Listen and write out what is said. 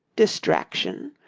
distraction,